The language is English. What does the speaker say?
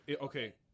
Okay